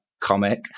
Comic